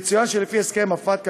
יצוין שלפי הסכם FATCA,